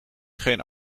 geen